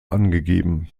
angegeben